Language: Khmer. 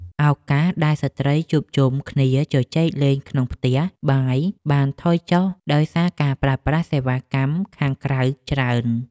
ឱកាសដែលស្ត្រីជួបជុំគ្នាជជែកលេងក្នុងផ្ទះបាយបានថយចុះដោយសារការប្រើប្រាស់សេវាកម្មខាងក្រៅច្រើន។